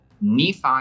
Nephi